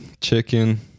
chicken